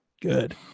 Good